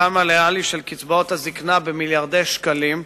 ערכן הריאלי של קצבאות הזיקנה עלה במיליארדי שקלים,